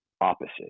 opposite